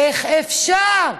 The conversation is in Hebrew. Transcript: איך אפשר?